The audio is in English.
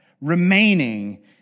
Remaining